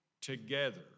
together